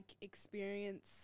experience